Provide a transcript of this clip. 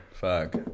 fuck